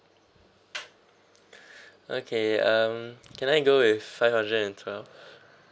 okay um can I go with five hundred and twelve